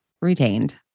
retained